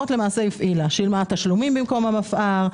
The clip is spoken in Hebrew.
היא שילמה במקום המפא"ר,